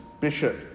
Bishop